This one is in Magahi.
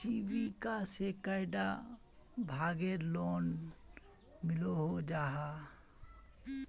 जीविका से कैडा भागेर लोन मिलोहो जाहा?